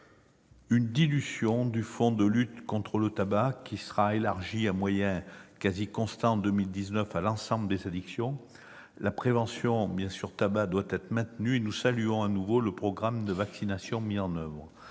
une dilution du fonds de lutte contre le tabac, élargi, à moyens quasi constants, à l'ensemble des addictions en 2019. La prévention tabac doit être maintenue. Nous saluons, de nouveau, le programme de vaccination mis en oeuvre.